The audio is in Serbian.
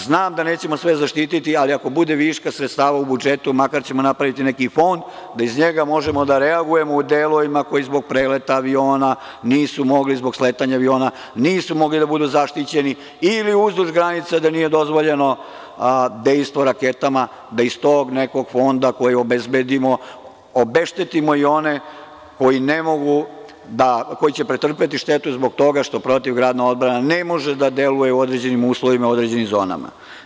Znam da nećemo sve zaštititi, ali kao bude viška sredstava u budžetu makar ćemo napraviti neki fond, da iz njega možemo da reagujemo u delovima koji zbog preleta aviona, zbog sletanja aviona nisu mogli da budu zaštićeni ili uzduž granica, gde nije dozvoljeno dejstvo raketama, da iz tog nekog fonda koji obezbedimo obeštetimo i one koji će pretrpeti štetu zbog toga što protivgradna odbrana ne može da deluje u određenim uslovima, u određenim zonama.